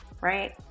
right